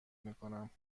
میکنم